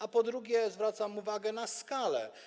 A po drugie, zwracam uwagę na skalę.